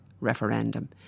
referendum